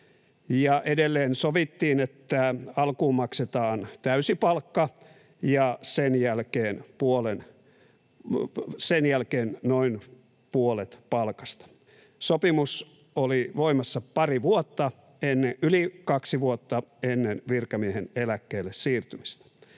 Edelleen sovittiin, että alkuun maksetaan täysi palkka ja sen jälkeen noin puolet palkasta. Sopimus oli voimassa yli kaksi vuotta ennen virkamiehen eläkkeelle siirtymistä.